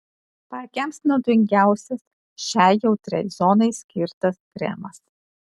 paakiams naudingiausias šiai jautriai zonai skirtas kremas